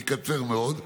אני אקצר מאוד.